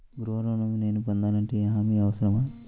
గృహ ఋణం నేను పొందాలంటే హామీ అవసరమా?